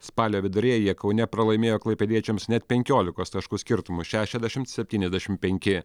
spalio viduryje jie kaune pralaimėjo klaipėdiečiams net penkiolikos taškų skirtumu šešiadešims septyniasdešim penki